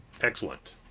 Excellent